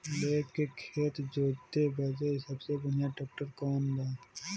लेव के खेत जोते बदे सबसे बढ़ियां ट्रैक्टर कवन बा?